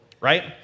right